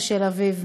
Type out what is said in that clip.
ושל אביו.